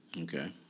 Okay